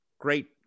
great